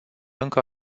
încă